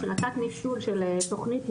של התת ניצול של תוכנית הילה,